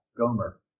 Gomer